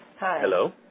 Hello